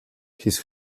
his